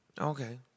Okay